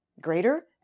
greater